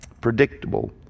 Predictable